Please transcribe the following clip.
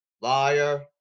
Liar